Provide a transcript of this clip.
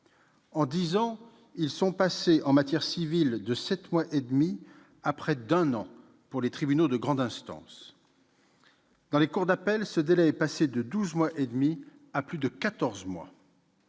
En dix ans, ils sont passés, en matière civile, de sept mois et demi à près d'un an pour les tribunaux de grande instance. Dans les cours d'appel, ce délai est passé de douze mois et demi à plus de quatorze